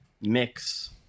mix